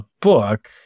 book